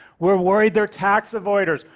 we're worried they're tax avoiders.